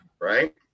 right